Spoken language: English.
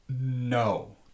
No